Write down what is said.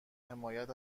حمایت